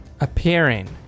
Appearing